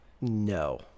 No